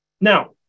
Now